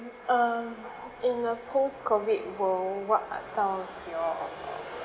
um in a post COVID world what are some of your